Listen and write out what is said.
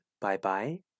bye-bye